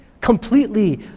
completely